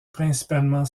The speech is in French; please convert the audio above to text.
principalement